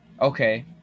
Okay